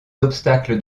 obstacles